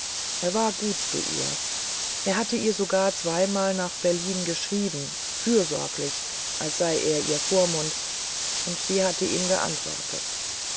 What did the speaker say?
er war gut zu ihr er hatte ihr sogar zweimal nach berlin geschrieben fürsorglich als sei er ihr vormund und sie hatte ihm geantwortet